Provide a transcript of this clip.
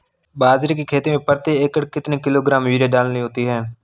बाजरे की खेती में प्रति एकड़ कितने किलोग्राम यूरिया डालनी होती है?